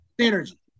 energy